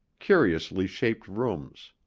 curiously shaped rooms,